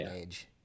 age